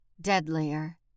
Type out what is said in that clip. deadlier